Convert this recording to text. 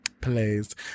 Please